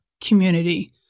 community